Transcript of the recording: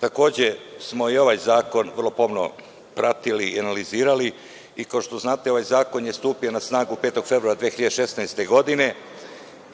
takođe smo i ovaj zakon vrlo pomno pratili i analizirali. Kao što znate, ovaj zakon je stupio na snagu 5. februara 2016. godine